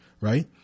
right